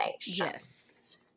Yes